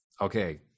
Okay